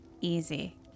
Easy